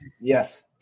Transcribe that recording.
yes